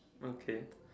okay